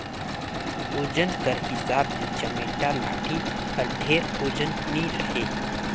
ओजन कर हिसाब ले चमेटा लाठी हर ढेर ओजन नी रहें